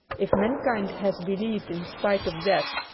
if man kind has believed in spite of that,